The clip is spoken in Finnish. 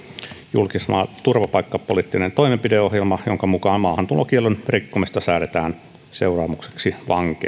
julkaisema turvapaikkapoliittinen toimenpideohjelma jonka mukaan maahantulokiellon rikkomisesta säädetään seuraamukseksi